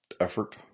effort